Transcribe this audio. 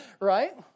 right